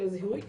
של הזיהוי.